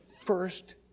first